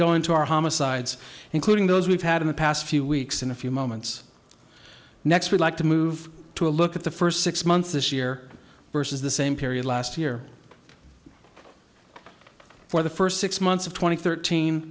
go into our homicides including those we've had in the past few weeks in a few moments next we'd like to move to a look at the first six months this year versus the same period last year for the first six months of tw